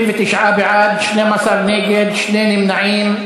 29 בעד, 12 נגד, שני נמנעים.